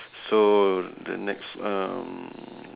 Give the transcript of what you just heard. so the next um